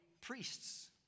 priests